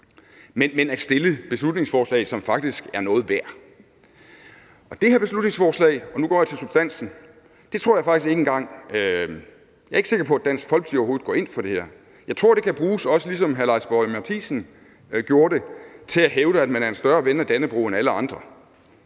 men at fremsætte beslutningsforslag, som faktisk er noget værd. Det her beslutningsforslag – og nu går jeg til substansen – er jeg faktisk ikke engang sikker på at Dansk Folkeparti overhovedet går ind for. Jeg tror, det kan bruges, ligesom hr. Lars Boje Mathiesen også gjorde det, til at hævde, at man er en større ven af Dannebrog end alle andre.